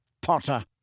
Potter